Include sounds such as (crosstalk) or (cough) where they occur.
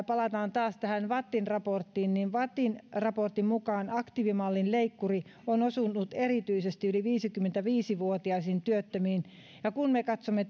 (unintelligible) palataan taas tähän vattin raporttiin vattin raportin mukaan aktiivimallin leikkuri on osunut erityisesti yli viisikymmentäviisi vuotiaisiin työttömiin ja kun me katsomme (unintelligible)